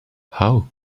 how